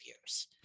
years